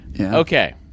Okay